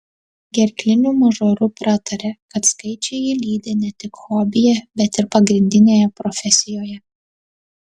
gerkliniu mažoru pratarė kad skaičiai jį lydi ne tik hobyje bet ir pagrindinėje profesijoje